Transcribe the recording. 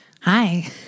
Hi